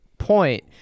point